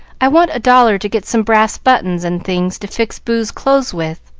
i want a dollar to get some brass buttons and things to fix boo's clothes with.